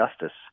justice